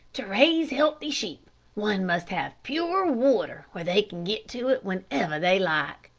to raise healthy sheep one must have pure water where they can get to it whenever they like.